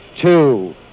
two